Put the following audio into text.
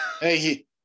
hey